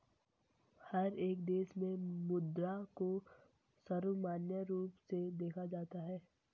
हर एक देश में मुद्रा को सर्वमान्य रूप से देखा जाता है